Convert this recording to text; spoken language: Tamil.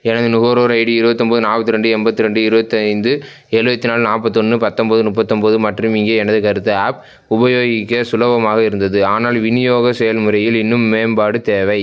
எனது நுகர்வோர் ஐடி இருபத்தொம்போது நாற்பத்ரெண்டு எண்பத்திரெண்டு இருபத்தைந்து எழுவத்தி நாலு நாப்பத்தொன்று பத்தொம்பது முப்பத்தொம்போது மற்றும் இங்கே எனது கருத்து ஆப் உபயோகிக்க சுலபமாக இருந்தது ஆனால் விநியோக செயல்முறையில் இன்னும் மேம்பாடு தேவை